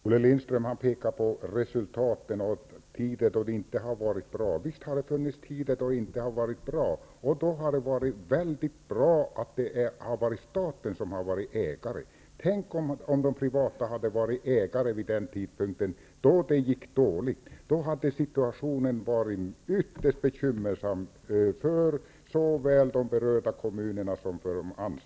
Fru talman! Olle Lindström pekar på resultaten och på tider då dessa inte har varit bra. Ja, visst har det funnits tider då de inte har varit bra. Men då var det väldigt bra att staten var ägare. Tänk om privata intressen hade varit ägare då det gick dåligt! Då skulle situationen för såväl berörda kommuner som de anställda ha varit ytterst bekymmersam.